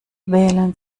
wählen